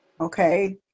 Okay